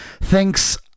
thinks